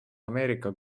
ameerika